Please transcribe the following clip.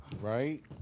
Right